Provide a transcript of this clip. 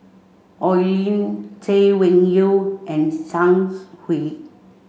Oi Lin Chay Weng Yew and Zhang Hui